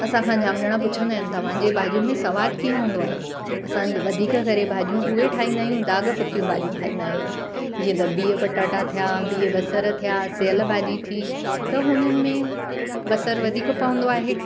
असां खां जाम ॼणा पुछंदा आहिनि तव्हांजे भाॼियुनि में सवादु कीअं हूंदो आहे असां वधीक करे भाॼियूं उहे ठाहींदा आहियूं दाग पकियूं भाॼियूं ठाहींदा आहियूं जीअं त बिहु पटाटा थिया बिहु बसर थिया सेअल भाॼी थी त हुननि में बसर वधीक पवंदो आहे